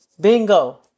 Bingo